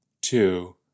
two